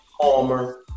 Palmer